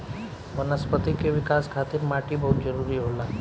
वनस्पति के विकाश खातिर माटी बहुत जरुरी होला